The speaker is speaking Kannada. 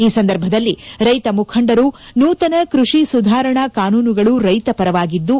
ಈ ಸಂದರ್ಭದಲ್ಲಿ ರೈತ ಮುಖಂಡರು ನೂತನ ಕೃಷಿ ಸುಧಾರಣಾ ಕಾನೂನುಗಳು ರೈತ ಪರವಾಗಿದ್ದು